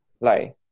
lie